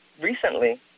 recently